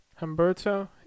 Humberto